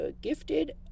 gifted